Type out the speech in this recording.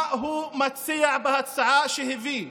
מה הוא מציע בהצעה שהביא?